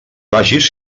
vagis